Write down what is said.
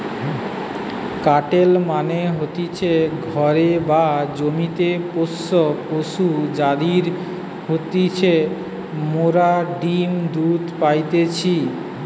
কাটেল মানে হতিছে ঘরে বা জমিতে পোষ্য পশু যাদির হইতে মোরা ডিম্ দুধ পাইতেছি